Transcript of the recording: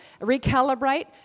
recalibrate